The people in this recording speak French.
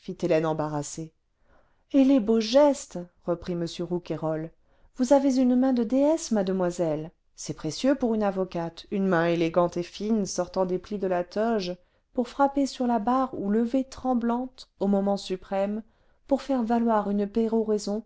et les beaux gestes reprit m rouquayrol vous avez une main de déesse mademoiselle c'est précieux pour une avocate une main élégante et fine sortant des plis de la toge pour frapper sur la barre ou levée tremblante an moment suprême pour faire valoir une